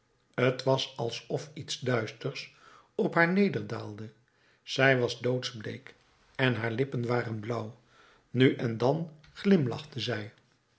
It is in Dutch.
t was alsof iets duisters op haar nederdaalde zij was doodsbleek en haar lippen waren blauw nu en dan glimlachte zij